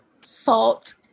Salt